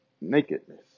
nakedness